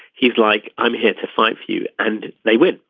he's like i'm here to fight for you. and they went.